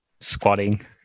squatting